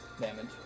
damage